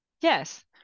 Yes